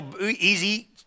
easy